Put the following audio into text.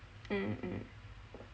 mm mm